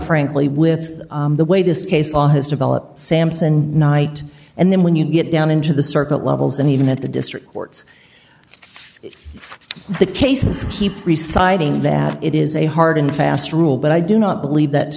frankly with the way this case law has developed sampson night and then when you get down into the circuit levels and even at the district courts the cases keep reciting that it is a hard and fast rule but i do not believe that to